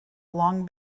long